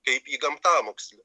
kaip į gamtamokslį